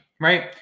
right